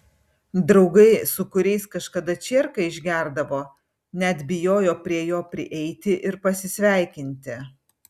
draugai su kuriais kažkada čierką išgerdavo net bijojo prie jo prieiti ir pasisveikinti